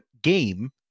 game